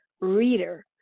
reader